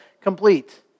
complete